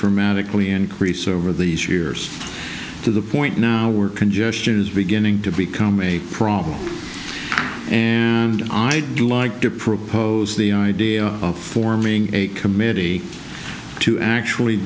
dramatically increase over these years to the point now where congestion is beginning to become a problem and i'd like to propose the idea of forming a committee to actually